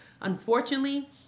unfortunately